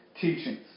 teachings